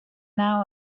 now